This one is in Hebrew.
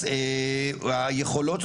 אז היכולות,